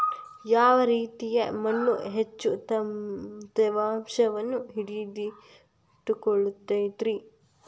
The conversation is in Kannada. ಯಾವ ರೇತಿಯ ಮಣ್ಣ ಹೆಚ್ಚು ತೇವಾಂಶವನ್ನ ಹಿಡಿದಿಟ್ಟುಕೊಳ್ಳತೈತ್ರಿ?